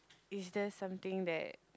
is there something that